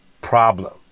problem